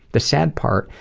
the sad part,